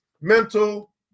mental